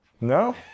No